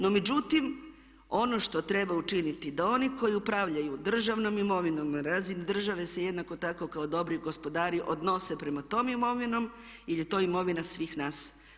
No međutim, ono što treba učiniti da oni koji upravljanju državnom imovinom na razini države se jednako tako kao dobri gospodari odnose prema toj imovini jer je to imovina svih nas.